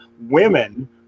women